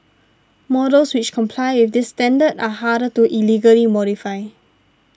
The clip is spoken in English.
models which comply with this standard are harder to illegally modify